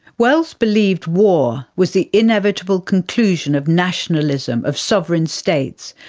wells believed war was the inevitable conclusion of nationalism of sovereign states,